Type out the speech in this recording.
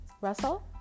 Russell